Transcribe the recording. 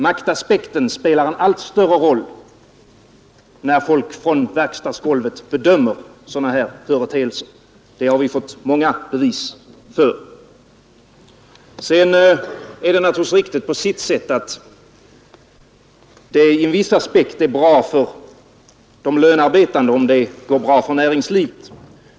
Maktaspekten spelar en allt större roll när folk på verkstadsgolvet bedömer sådana här företeelser — det har vi fått många bevis för. Det är naturligtvis riktigt att det från en viss aspekt är bra för de lönearbetande om det går bra för näringslivet.